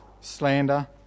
slander